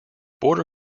border